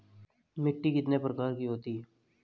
मिट्टी कितने प्रकार की होती हैं?